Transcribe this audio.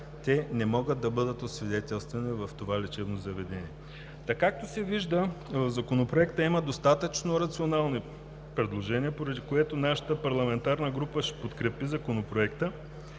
те не могат да бъдат освидетелствани в това лечебно заведение. Та, както се вижда, в Законопроекта има достатъчно рационални предложения, поради което нашата парламентарна група ще го подкрепи. Естествено,